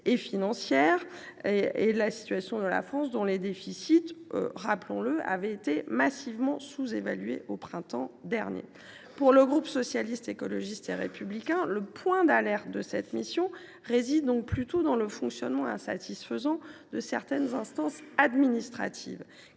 financière de la France, dont les déficits avaient été, rappelons le, massivement sous évalués au printemps dernier. Pour le groupe Socialiste, Écologiste et Républicain, le point d’alerte de cette mission réside plutôt dans le fonctionnement insatisfaisant de certaines instances administratives.